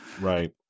Right